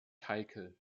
heikel